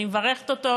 אני מברכת אותו,